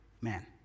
man